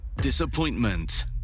disappointment